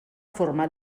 forma